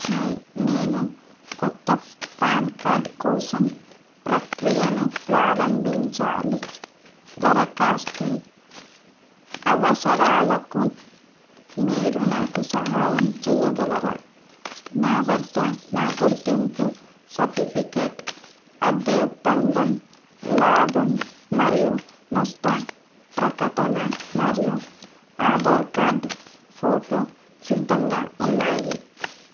hi నేను కొత్త PAN card కోసం ప్రక్రియను ప్రారంభించాలి దరఖాస్తు అవసరాలకు మీరు నాకు సహాయం చెయ్యగలరా నా వద్ద నా గుర్తింపు సర్టిఫికేట్ అద్దె ఒప్పందం లాభం మరియు నష్ట ప్రకటన మరియు ఆధార్ కార్డ్ ఫోటో సిద్ధంగా ఉన్నాయి